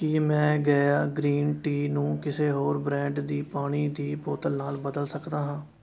ਕੀ ਮੈਂ ਗੈਯਾ green tea ਨੂੰ ਕਿਸੇ ਹੋਰ ਬ੍ਰੈਂਡ ਦੀ ਪਾਣੀ ਦੀ ਬੋਤਲ ਨਾਲ ਬਦਲ ਸਕਦਾ ਹਾਂ